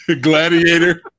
Gladiator